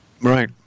Right